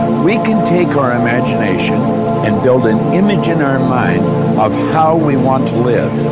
we can take our imagination and build an image in our mind of how we want to live,